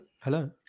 Hello